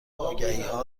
آگهیها